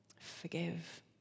forgive